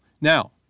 Now